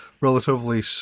relatively